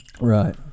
right